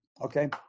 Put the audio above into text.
Okay